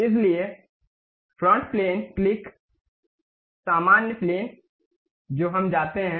इसलिए front plane क्लिक सामान्य प्लेन जो हम जाते हैं